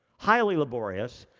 highly laborious,